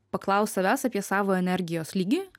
paklausk savęs apie savo energijos lygį